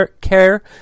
care